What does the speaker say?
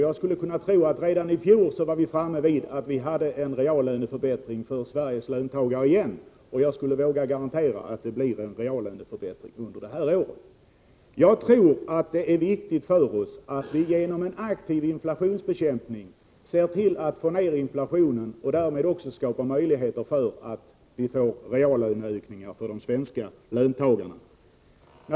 Jag skulle tro att vi redan i fjol var tillbaka i ett läge med reallöneförbättringar för Sveriges löntagare, men jag vågar garantera att det blir en reallöneförbättring under innevarande år. Som jag ser det är det viktigt för oss att genom en aktiv inflationsbekämpning se till att vi får ned inflationen och därmed också skapa möjligheter till reallöneökningar för de svenska löntagarna.